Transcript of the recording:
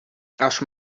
acho